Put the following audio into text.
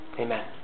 Amen